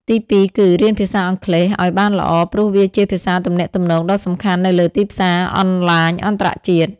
ទីពីរ គឺ រៀនភាសាអង់គ្លេស ឱ្យបានល្អព្រោះវាជាភាសាទំនាក់ទំនងដ៏សំខាន់នៅលើទីផ្សារអនឡាញអន្តរជាតិ។